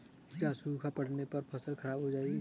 क्या सूखा पड़ने से फसल खराब हो जाएगी?